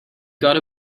got